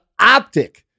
optic